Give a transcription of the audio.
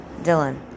Dylan